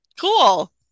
cool